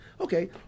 Okay